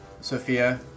Sophia